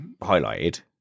highlighted